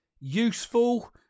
useful